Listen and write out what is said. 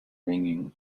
ringing